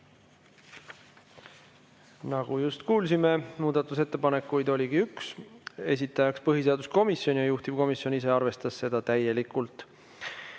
Nagu kuulsime, muudatusettepanekuid oli üks, esitaja on põhiseaduskomisjon ja juhtivkomisjon ise on seda täielikult